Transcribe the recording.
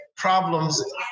problems